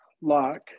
lock